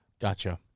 Gotcha